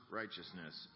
righteousness